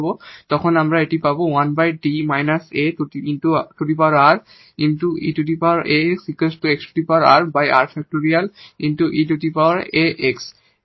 তখন আমরা এটি পাব